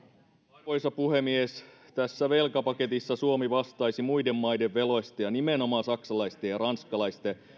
arvoisa puhemies tässä velkapaketissa suomi vastaisi muiden maiden veloista ja nimenomaan saksalaisten ja ranskalaisten